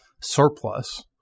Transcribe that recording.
surplus